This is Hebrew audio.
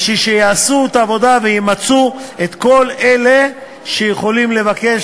כדי שיעשו את העבודה וימצו את כל אלה שיכולים לבקש,